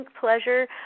pleasure